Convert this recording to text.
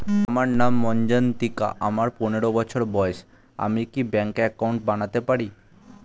আমার নাম মজ্ঝন্তিকা, আমার পনেরো বছর বয়স, আমি কি ব্যঙ্কে একাউন্ট বানাতে পারি?